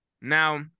Now